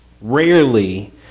Rarely